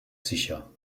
sicher